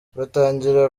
batangira